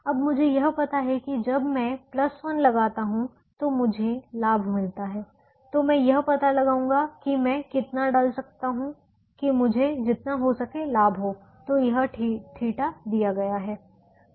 अब मुझे यह पता है कि जब मैं 1 लगाता हूं तो मुझे लाभ मिलता है तो मैं यह पता लगाऊंगा कि मैं कितना डाल सकता हूं कि मुझे जितना हो सके लाभ हो तो यह θ दिया गया है